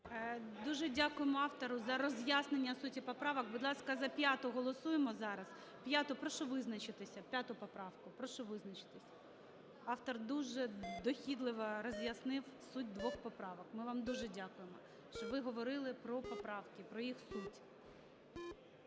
Дуже дякуємо автору за роз'яснення суті поправок. Будь ласка, за 5-у голосуємо зараз. 5-у, прошу визначитися. 5-у поправку, прошу визначитися. Автор дуже дохідливо роз'яснив суть двох поправок. Ми вам дуже дякуємо, що ви говорили про поправки, про їх суть.